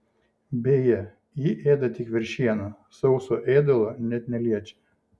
beje ji ėda tik veršieną sauso ėdalo net neliečia